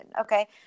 okay